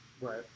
Right